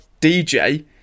DJ